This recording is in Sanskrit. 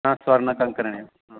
हा स्वर्णकङ्कणानि हा